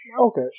Okay